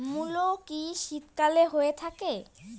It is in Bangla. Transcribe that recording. মূলো কি শীতকালে হয়ে থাকে?